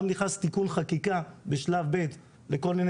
גם נכנס תיקון חקיקה בשלב ב' לכל מיני